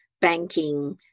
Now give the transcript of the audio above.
banking